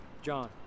John